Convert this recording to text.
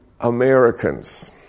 Americans